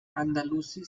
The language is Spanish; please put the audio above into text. andalusí